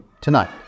tonight